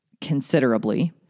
considerably